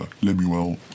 Lemuel